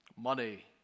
money